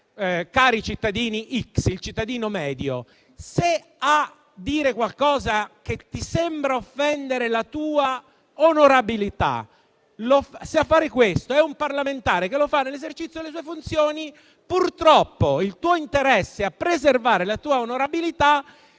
al cittadino "x" o cittadino medio: se a dire qualcosa che sembra offendere la tua onorabilità è un parlamentare nell'esercizio delle sue funzioni, purtroppo il tuo interesse a preservare la tua onorabilità